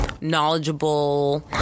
knowledgeable